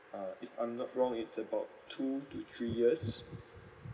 uh if I'm not wrong it's about two to three years